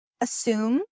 assume